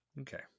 Okay